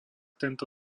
tento